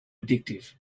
addictive